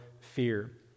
fear